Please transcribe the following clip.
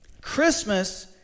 Christmas